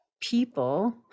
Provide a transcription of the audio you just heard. people